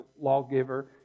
lawgiver